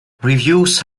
reviews